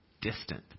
distant